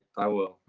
i will,